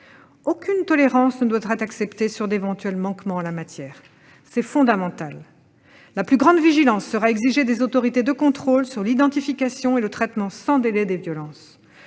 Aucune tolérance ne doit être acceptée à l'égard d'éventuels manquements en la matière ; c'est fondamental. La plus grande vigilance sera exigée des autorités de contrôle sur l'identification et le traitement sans délai des violences.